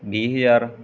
ਵੀਹ ਹਜ਼ਾਰ